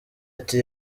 ati